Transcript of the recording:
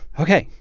ok,